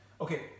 Okay